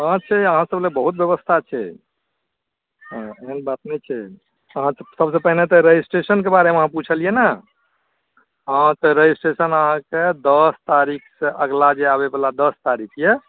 हँ से अहाँ सभलए बहुत बेबस्था छै